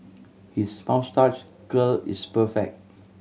his moustache curl is perfect